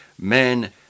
Men